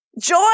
Joy